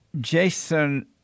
Jason